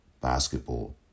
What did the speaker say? basketball